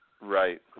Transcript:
Right